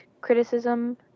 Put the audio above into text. criticism